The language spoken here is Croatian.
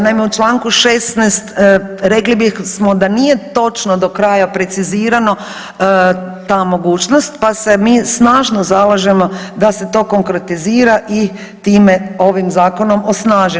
Naime, u čl. 16 rekli bismo da nije točno do kraja precizirano ta mogućnost, pa se mi snažno zalažemo da se to konkretizira i time ovim zakonom osnaži.